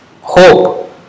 hope